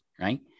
right